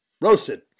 Roasted